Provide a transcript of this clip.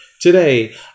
today